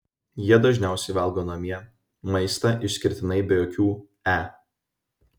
jie dažniausiai valgo namie maistą išskirtinai be jokių e